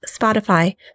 Spotify